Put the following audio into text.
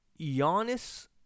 Giannis